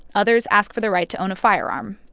others ask for the right to own a firearm.